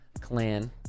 Clan